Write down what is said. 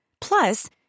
Plus